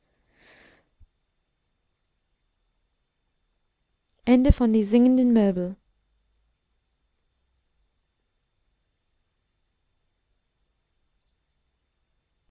die singenden möbel